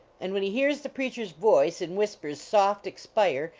and when he hears the preacher s voice, in whis pers soft expire,